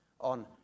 on